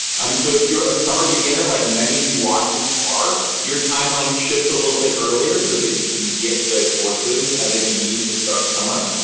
um so if you're a summer beginner like many of you watching are, your time line shifts a little bit earlier so that you can get the courses and that you need to start summer.